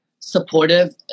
supportive